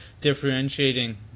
differentiating